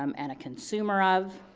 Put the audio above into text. um and a consumer of,